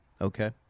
Okay